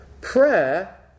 prayer